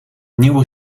nieuwe